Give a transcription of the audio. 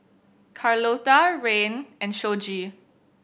Carlotta Rayne and Shoji